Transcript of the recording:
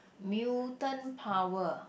mutant power